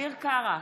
אביר קארה,